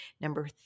Number